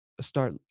start